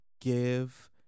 give